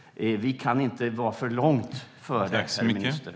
Vi kan inte vara för långt före, herr minister.